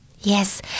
Yes